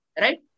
Right